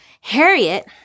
Harriet